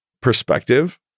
Perspective